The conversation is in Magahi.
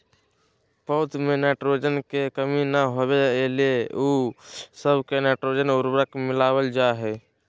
पौध में नाइट्रोजन के कमी न होबे एहि ला उ सब मे नाइट्रोजन उर्वरक मिलावल जा हइ